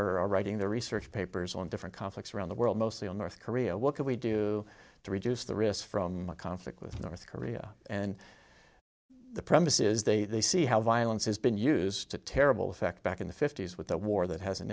are writing the research papers on different conflicts around the world mostly on north korea what can we do to reduce the risk from a conflict with north korea and the premise is they they see how violence has been used to terrible effect back in the fifty's with a war that hasn't